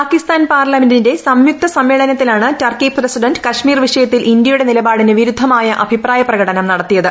പാകിസ്ഥാൻ പാർലമെന്റിന്റെ സംയുക്ത സമ്മേളനത്തിലാണ് ടർക്കി പ്രസിഡന്റ് കശ്മീർ വിഷയത്തിൽ ഇന്ത്യയുടെ നിലപാടിന് വിരുദ്ധമായ അഭിപ്രായ പ്രകടനം നടത്തിയത്